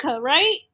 right